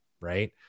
Right